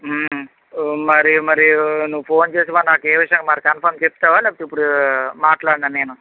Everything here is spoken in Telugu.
మరి మరి నువు ఫోన్ చేసి మరి నాకే విషయము మరి కన్ఫార్మ్ చెప్తావా లేకపోతే ఇప్పుడు మాట్లాడనా నేను